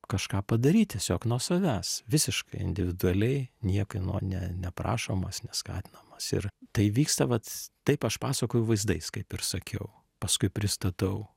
kažką padaryt tiesiog nuo savęs visiškai individualiai niekieno ne neprašomas neskatinamas ir tai vyksta vat taip aš pasakoju vaizdais kaip ir sakiau paskui pristatau